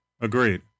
Agreed